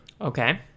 Okay